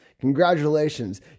Congratulations